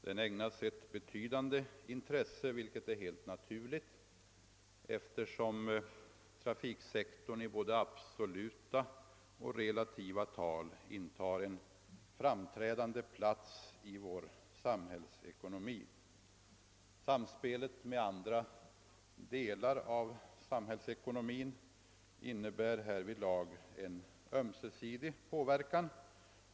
Den ägnas ett betydande intresse, något som är helt nalurligt eftersom trafiksektorn i både absoluta och relativa tal intar en framträdande plats i vår samhällsekonomi. Samspelet med andra delar av samhällsekonomin innebär härvidlag en ömsesidig påverkan.